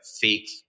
fake